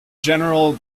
general